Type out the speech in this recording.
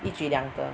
一举两得